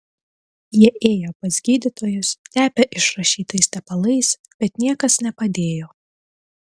jie ėję pas gydytojus tepę išrašytais tepalais bet niekas nepadėjo